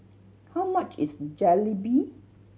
how much is Jalebi